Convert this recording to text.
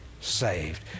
saved